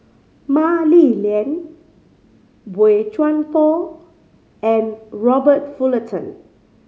Mah Li Lian Boey Chuan Poh and Robert Fullerton